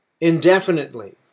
indefinitely